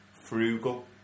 frugal